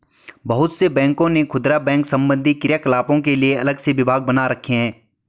बहुत से बड़े बैंकों ने खुदरा बैंक संबंधी क्रियाकलापों के लिए अलग से विभाग बना रखे हैं